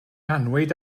annwyd